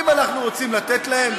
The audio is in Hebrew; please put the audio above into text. האם אנחנו רוצים לתת להם?